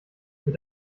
mit